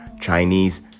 Chinese